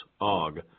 Og